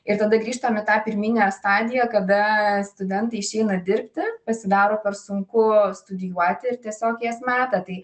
ir tada grįžtam į tą pirminę stadiją kada studentai išeina dirbti pasidaro per sunku studijuoti ir tiesiog jas meta tai